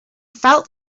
felt